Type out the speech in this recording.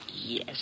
Yes